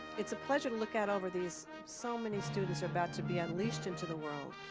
it's a pleasure to look out over these so many students are about to be unleashed into the world.